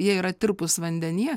jie yra tirpūs vandenyje